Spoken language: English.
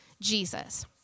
Jesus